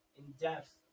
in-depth